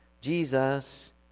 Jesus